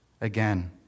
again